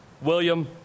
William